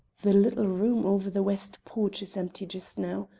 the little room over the west porch is empty just now.